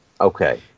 Okay